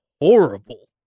horrible